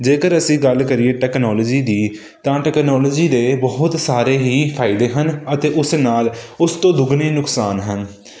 ਜੇਕਰ ਅਸੀਂ ਗੱਲ ਕਰੀਏ ਟੈਕਨੋਲੋਜੀ ਦੀ ਤਾਂ ਤਕਨੋਲੋਜੀ ਦੇ ਬਹੁਤ ਸਾਰੇ ਹੀ ਫਾਇਦੇ ਹਨ ਅਤੇ ਉਸ ਨਾਲ ਉਸ ਤੋਂ ਦੁਗਣੇ ਨੁਕਸਾਨ ਹਨ